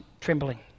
trembling